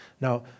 Now